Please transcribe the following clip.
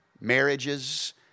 Marriages